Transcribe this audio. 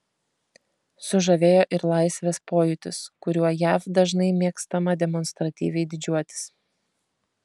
sužavėjo ir laisvės pojūtis kuriuo jav dažnai mėgstama demonstratyviai didžiuotis